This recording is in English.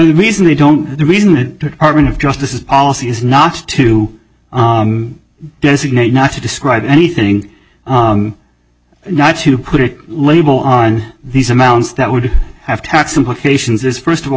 the reason we don't the reason it hartman of justice is policy is not to designate not to describe anything and not to put it label on these amounts that would have tax implications is first of all